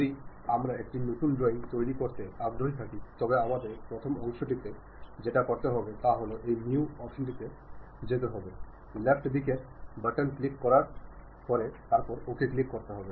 যদি আমরা একটি নতুন ড্রয়িং তৈরি করতে আগ্রহী থাকি তবে আমাদের প্রথম অংশটিতে যেটা করতে হবে তা হল এই নিউ অপশনটিতে যেতে হবে লেফট দিকের বাটন ক্লিক করেন তারপর OK ক্লিক করেন